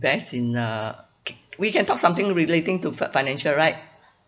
best in uh ca~ we can talk something relating to fi~ financial right